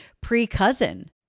pre-cousin